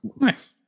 nice